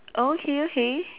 okay okay